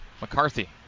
McCarthy